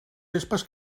vespes